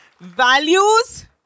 values